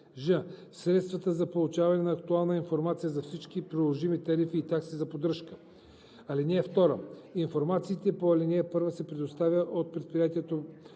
ж) средствата за получаване на актуална информация за всички приложими тарифи и такси за поддръжка. (2) Информацията по ал. 1 се предоставя от предприятието